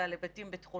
המטרה שלנו